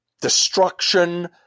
destruction